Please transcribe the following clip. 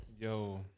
Yo